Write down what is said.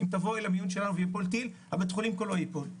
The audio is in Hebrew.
אם תבואי למיון שלנו וייפול טיל הבית חולים כולו ייפול,